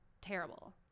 terrible